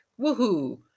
Woohoo